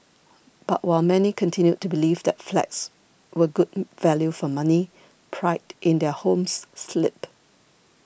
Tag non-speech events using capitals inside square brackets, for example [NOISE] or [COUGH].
but while many continued to believe that flats were good [NOISE] value for money pride in their homes slipped